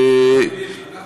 השר לוין,